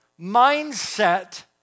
mindset